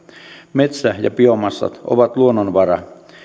metsä ja biomassat ovat luonnonvara